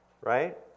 right